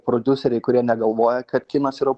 prodiuseriai kurie negalvoja kad kinas yra